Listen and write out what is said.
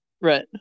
Right